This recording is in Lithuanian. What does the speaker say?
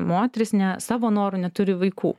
moteris ne savo noru neturi vaikų